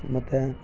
ಮತ್ತು